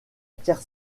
pierre